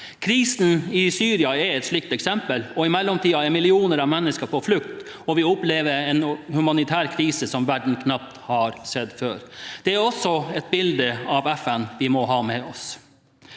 Krisen i Syria er et slikt eksempel, og i mellomtiden er millioner av mennesker på flukt. Vi opplever en humanitær krise som verden knapt har sett før. Det er også et bilde av FN vi må ha med oss.